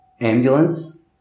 ambulance